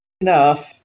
enough